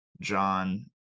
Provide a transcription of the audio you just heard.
John